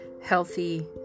healthy